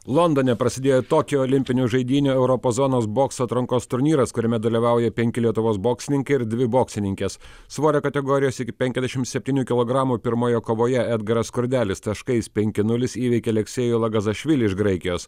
londone prasidėjo tokijo olimpinių žaidynių europos zonos bokso atrankos turnyras kuriame dalyvauja penki lietuvos boksininkai ir dvi boksininkės svorio kategorijos iki penkiasdešimt septynių kilogramų pirmoje kovoje edgaras skurdelis taškais penki nulis įveikė aleksėjų lagazašvilį iš graikijos